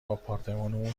آپارتمانمون